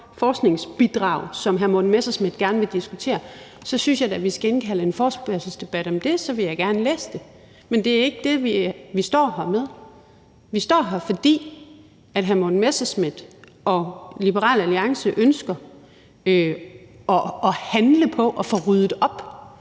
forskningsbidrag, som hr. Morten Messerschmidt gerne vil diskutere, så synes jeg da, vi skal indkalde til en forespørgselsdebat om det, og så vil jeg gerne læse det, men det er ikke det, vi står med her. Vi står her, fordi hr. Morten Messerschmidt og Liberal Alliance ønsker at handle på og få ryddet op